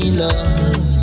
love